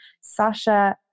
Sasha